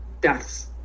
deaths